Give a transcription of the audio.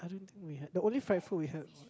i don't think we have the only fried food we have